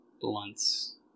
blunts